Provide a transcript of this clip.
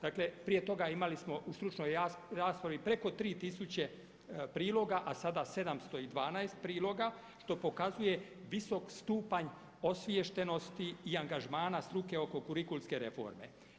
Dakle prije toga imali smo u stručnoj raspravi preko 3 tisuće priloga a sada 712 priloga što pokazuje visok stupanj osviještenosti i angažmana struke oko kurikulske reforme.